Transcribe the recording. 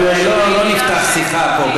לא נפתח שיחה פה,